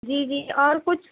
جی جی اور کچھ